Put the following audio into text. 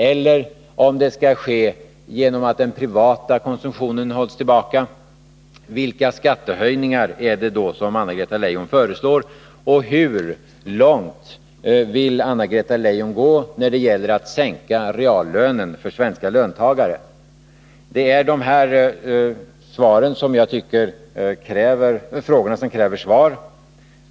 Eller om det skall ske genom att den privata konsumtionen hålls tillbaka — vilka skattehöjningar är det då Anna-Greta Leijon föreslår? Och hur långt vill Anna-Greta Leijon gå när det gäller att sänka reallönen för svenska löntagare? Det här är frågor som jag tycker kräver svar.